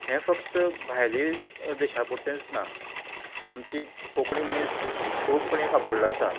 हें फक्त भायले देशा पुरतेंच ना आमची कोंकणी मनीस खूब कडेन फापुडलो आसा